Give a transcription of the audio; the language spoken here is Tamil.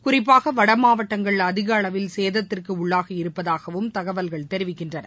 குறிப்பாக வட மாவட்டங்கள் அதிக அளவில் சேதத்திற்கு உள்ளாகி இருப்பதாகவும் தகவல்கள் தெரிவிக்கின்றன